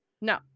No